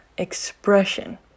expression